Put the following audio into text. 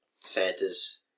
Santa's